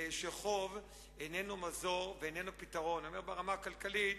שחוב איננו מזור ואיננו פתרון, ברמה הכלכלית,